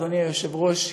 אדוני היושב-ראש,